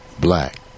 black